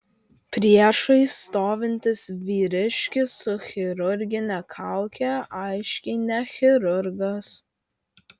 priešais stovintis vyriškis su chirurgine kauke aiškiai ne chirurgas